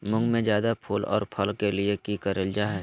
मुंग में जायदा फूल और फल के लिए की करल जाय?